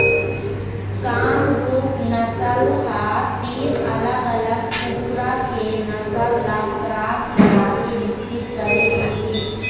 कामरूप नसल ह तीन अलग अलग कुकरा के नसल ल क्रास कराके बिकसित करे गे हे